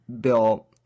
bill